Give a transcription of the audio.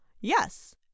Yes